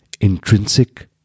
intrinsic